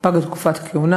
ופגה תקופת הכהונה.